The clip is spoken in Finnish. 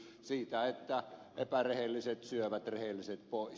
siitä että epärehelliset syövät rehelliset pois